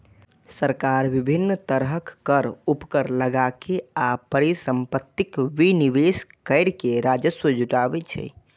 सरकार विभिन्न तरहक कर, उपकर लगाके आ परिसंपत्तिक विनिवेश कैर के राजस्व जुटाबै छै